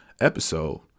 episode